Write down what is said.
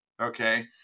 Okay